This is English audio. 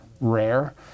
rare